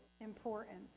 important